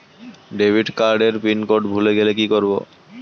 Debit card এর pin code ভুলে গেলে কি করব?